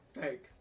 Fake